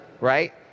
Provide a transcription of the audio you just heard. right